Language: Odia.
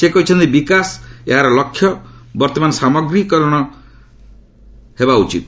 ସେ କହିଛନ୍ତି ବିକାଶ ଏହାର ଲକ୍ଷ୍ୟ ବର୍ତ୍ତମାନ ସାମଗ୍ରୀକତା ହେବା ଉଚିତ୍